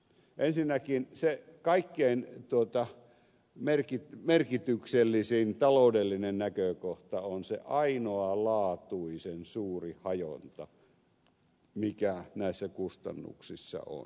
ensinnäkin se kaikkein merkityksellisin taloudellinen näkökohta on se ainoalaatuisen suuri hajonta mikä näissä kustannuksissa on